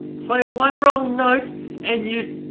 play one wrong note and you.